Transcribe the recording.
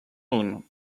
own